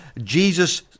Jesus